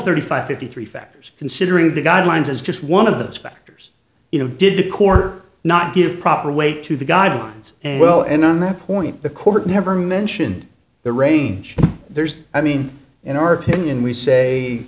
thirty five fifty three factors considering the guidelines as just one of those factors you know did not give proper weight to the guidelines and well and on that point the court never mentioned the range there's i mean in our opinion we